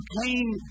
came